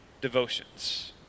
devotions